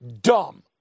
dumb